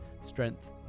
strength